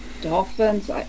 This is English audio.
dolphins